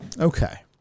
Okay